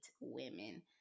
women